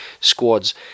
squads